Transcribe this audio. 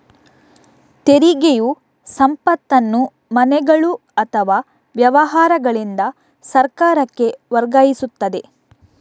ತೆರಿಗೆಯು ಸಂಪತ್ತನ್ನು ಮನೆಗಳು ಅಥವಾ ವ್ಯವಹಾರಗಳಿಂದ ಸರ್ಕಾರಕ್ಕೆ ವರ್ಗಾಯಿಸುತ್ತದೆ